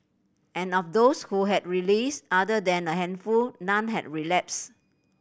and of those who have released other than a handful none had relapsed